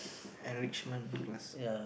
enrichment class